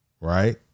right